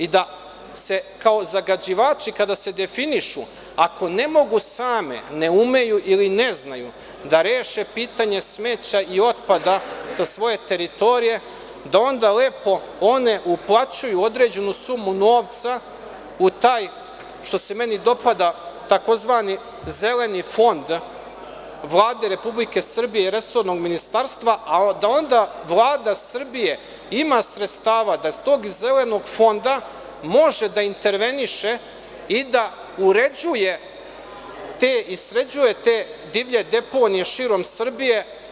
I da se kao zagađivači kada se definišu ako ne mogu same, ne umeju ili ne znaju da reše pitanje smeđa i otpada sa svoje teritorije, da onda lepo uplaćuju određenu sumu novca u taj, što se meni dopada, tzv. zeleni fond Vlade Republike Srbije i resornog ministarstva, a da onda Vlada Srbije ima sredstava da iz tog zelenog fonda može da interveniše i da uređuje te divlje deponije širom Srbije.